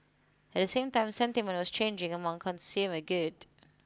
at the same time sentiment was changing among consumer good